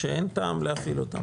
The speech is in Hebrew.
שאין טעם להפעיל אותם.